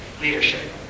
leadership